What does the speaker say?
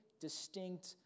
distinct